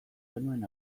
genuen